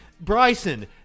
Bryson